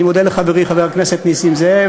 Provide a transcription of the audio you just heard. אני מודה לחברי חבר הכנסת נסים זאב,